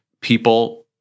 people